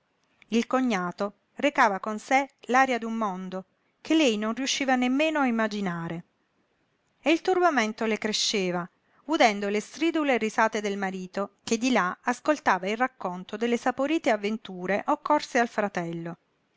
il cognato recava con sé l'aria d'un mondo che lei non riusciva nemmeno a immaginare e il turbamento le cresceva udendo le stridule risate del marito che di là ascoltava il racconto delle saporite avventure occorse al fratello